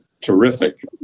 terrific